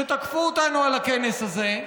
שתקפו אותנו על הכנס הזה.